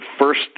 first